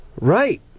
Right